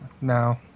No